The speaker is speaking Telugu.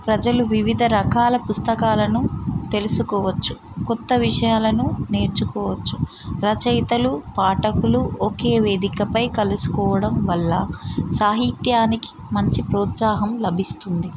ప్రజలు వివిధ రకాల పుస్తకాలను తెలుసుకోవచ్చు కొత్త విషయాలను నేర్చుకోవచ్చు రచయితలు పాఠకులు ఒకే వేదికపై కలుసుకోవడం వల్ల సాహిత్యానికి మంచి ప్రోత్సాహం లభిస్తుంది